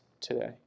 today